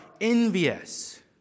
envious